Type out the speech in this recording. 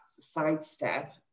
sidestep